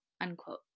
unquote